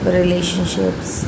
relationships